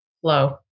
flow